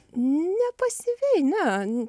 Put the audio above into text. ne pasyviai ne